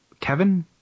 Kevin